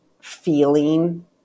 feeling